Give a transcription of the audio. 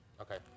Okay